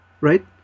right